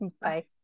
Bye